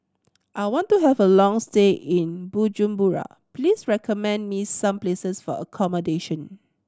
I want to have a long stay in Bujumbura Please recommend me some places for accommodation